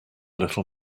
little